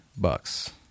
Bucks